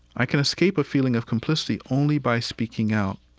i can escape a feeling of complicity only by speaking out.